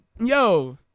Yo